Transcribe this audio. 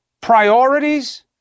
priorities